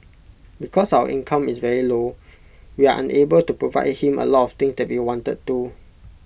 because our income is very low we are unable to provide him A lot of things that we wanted to